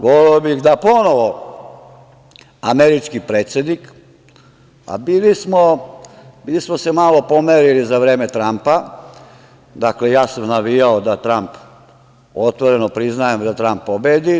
Voleo bih da ponovo američki predsednik, a bili smo se malo pomerili za vreme Trampa, dakle, ja sam navijao, otvoreno priznajem, da Tramp pobedi.